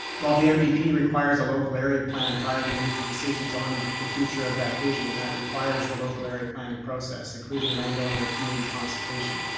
well, the mdp requires a local area plan prior to making decisions on the future of that vision. and that requires the local area planning process, including landowner and community consultation.